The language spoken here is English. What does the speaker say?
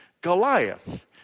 Goliath